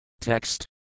Text